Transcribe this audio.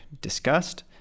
discussed